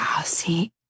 see